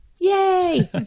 Yay